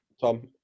Tom